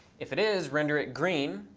if it is, render it green.